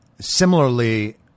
similarly